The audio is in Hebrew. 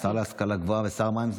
השר להשכלה גבוהה ושר המים,